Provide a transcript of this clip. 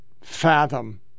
fathom